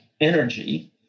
energy